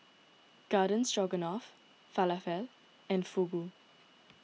Garden Stroganoff Falafel and Fugu